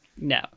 no